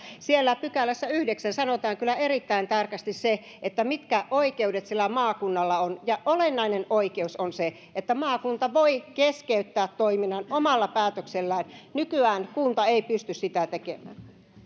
siellä yhdeksännessä pykälässä sanotaan kyllä erittäin tarkasti se mitkä oikeudet maakunnalla on ja olennainen oikeus on se että maakunta voi keskeyttää toiminnan omalla päätöksellään nykyään kunta ei pysty sitä tekemään